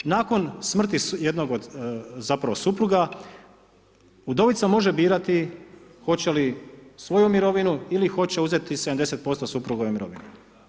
Nakon smrti jednog od, zapravo supruga, udovica može birati hoće li svoju mirovinu, ili hoće uzeti 70% suprugove mirovine.